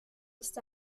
ist